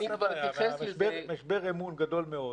יש משבר אמון גדול מאוד